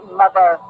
mother